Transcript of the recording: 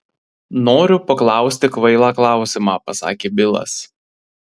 noriu paklausti kvailą klausimą pasakė bilas